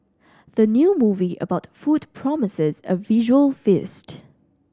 the new movie about food promises a visual feast